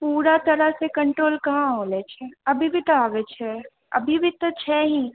पूरा तरहसँ कण्ट्रोल कहाँ होलै अभी भी तऽ आबै छै अभी भी तऽ छै ही